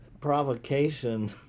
provocation